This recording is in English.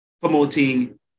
promoting